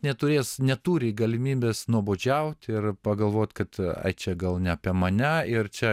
neturės neturi galimybės nuobodžiaut ir pagalvot kad ai čia gal ne apie mane ir čia